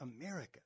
America